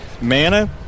Mana